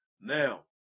Now